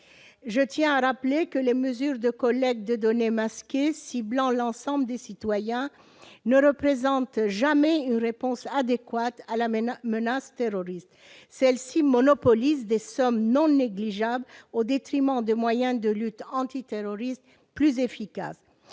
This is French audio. Je tiens à rappeler que les mesures de collecte de données masquées ciblant l'ensemble des citoyens ne représentent jamais une réponse adéquate à la menace terroriste. Elles mobilisent des sommes non négligeables au détriment de moyens de lutte antiterroriste plus efficaces.